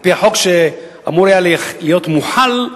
על-פי החוק שאמור היה להיות מוחל,